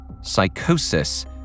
psychosis